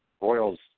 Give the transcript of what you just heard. Royals